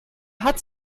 hat